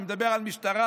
אני מדבר על משטרה,